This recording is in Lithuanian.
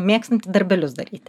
mėgstanti darbelius daryti